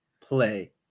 play